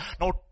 Now